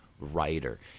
writer